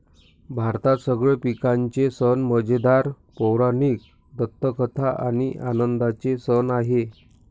भारतात सगळे पिकांचे सण मजेदार, पौराणिक दंतकथा आणि आनंदाचे सण आहे